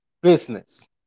business